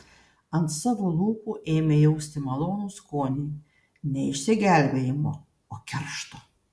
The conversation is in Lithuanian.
ant savo lūpų ėmė jausti malonų skonį ne išsigelbėjimo o keršto